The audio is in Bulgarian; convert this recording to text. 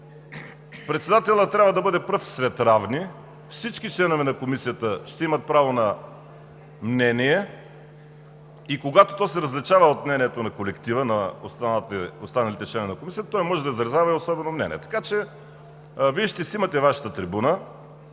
председателят трябва да бъде пръв сред равни. Всички членове на Комисията ще имат право на мнение и когато то се различава от мнението на колектива, на останалите членове на Комисията, той може да изразява и особено мнение, така че Вие ще си имате Вашата трибуна.